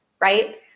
right